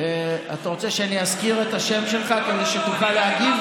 אתה רוצה שאני אזכיר את השם שלך כדי שתוכל להגיב?